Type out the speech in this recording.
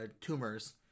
tumors